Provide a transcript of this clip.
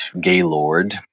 gaylord